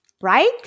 right